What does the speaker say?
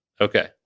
Okay